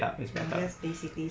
can just basically